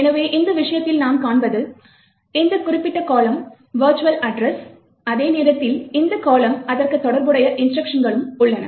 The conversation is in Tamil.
எனவே இந்த விஷயத்தில் நாம் காண்பது இந்த குறிப்பிட்ட கால்லம் வெர்ச்சுவல் அட்ரஸ் அதே நேரத்தில் இந்த கால்லம் அதற்க்கு தொடர்புடைய இன்ஸ்ட்ருக்ஷன்களும் உள்ளன